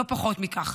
לא פחות מכך.